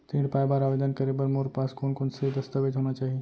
ऋण पाय बर आवेदन करे बर मोर पास कोन कोन से दस्तावेज होना चाही?